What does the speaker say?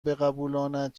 بقبولاند